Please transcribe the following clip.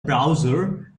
browser